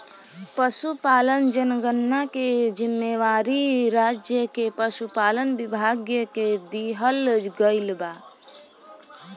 पसुपालन जनगणना के जिम्मेवारी राज्य के पसुपालन विभाग के दिहल गइल बा